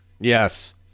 Yes